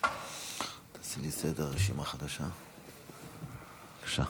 עאידה תומא סלימאן, בבקשה.